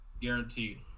guaranteed